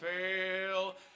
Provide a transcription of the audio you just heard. fail